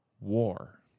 war